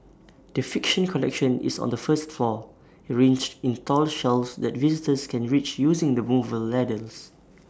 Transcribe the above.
the fiction collection is on the first floor arranged in tall shelves that visitors can reach using the movable ladders